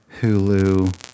Hulu